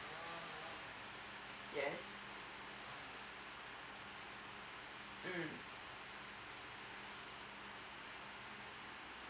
yes mm